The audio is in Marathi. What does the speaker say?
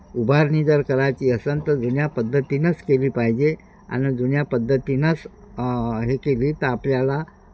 उभारणी जर करायची असेन तर जुन्या पद्धतीनंच केली पाहिजे आणि जुन्या पद्धतीनंच हे केली तर आपल्याला